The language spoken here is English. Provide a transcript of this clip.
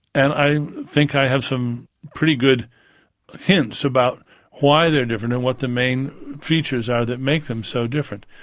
and i think i have some pretty good hints about why they're different, and what the main features are that make them so different.